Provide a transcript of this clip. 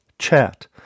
Chat